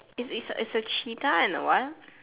is is a cheetah and a what